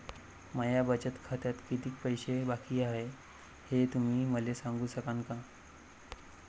माया बचत खात्यात कितीक पैसे बाकी हाय, हे तुम्ही मले सांगू सकानं का?